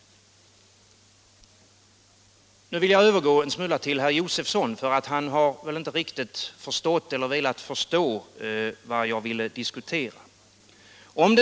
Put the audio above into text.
Nu vill jag övergå en smula till herr Josefson, för han har väl inte riktigt förstått eller velat förstå vad jag ville diskutera.